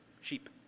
sheep